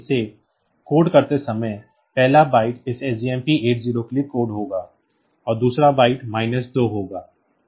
इसलिए इसे कोड करते समय इसलिए पहला बाइट इस SJMP 80 के लिए कोड होगा और दूसरा बाइट माइनस 2 होगा